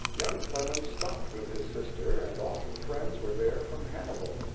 young clemens stopped with his sister, and often friends were there from hannibal.